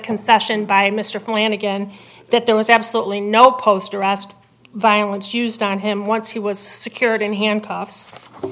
concession by mr flanagan that there was absolutely no poster asked violence used on him once he was secured in handcuffs